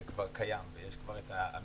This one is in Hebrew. זה כבר קיים ויש כבר את האמירה